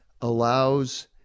allows